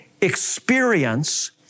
experience